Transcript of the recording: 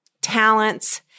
talents